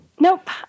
Nope